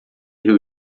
riu